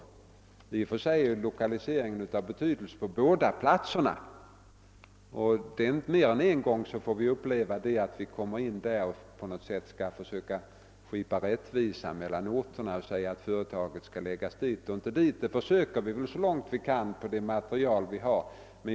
Det är i och för sig betydelsefullt med lokalisering på båda platserna, och mer än en gång har vi fått uppleva att vi på något sätt har att försöka skipa rättvisa mellan orterna och säga att företaget skall förläggas till den ena orten och inte till den andra. På grundval av det material som står till förfogande försöker vi väl att vara rättvisa.